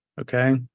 Okay